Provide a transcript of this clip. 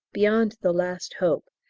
beyond the last hope,